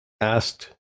asked